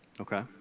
Okay